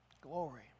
Glory